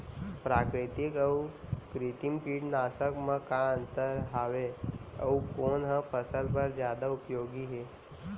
प्राकृतिक अऊ कृत्रिम कीटनाशक मा का अन्तर हावे अऊ कोन ह फसल बर जादा उपयोगी हे?